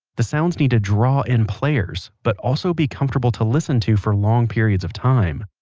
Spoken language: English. the sounds need to draw in players, but also be comfortable to listen to for long periods of time.